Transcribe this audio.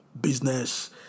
business